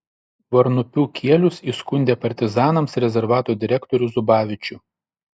varnupių kielius įskundė partizanams rezervato direktorių zubavičių